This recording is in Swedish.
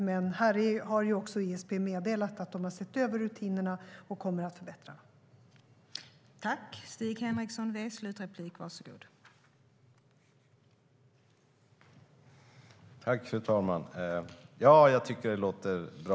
Men här har också ISP meddelat att de har sett över rutinerna och kommer att förbättra dem.